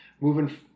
Moving